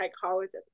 psychologist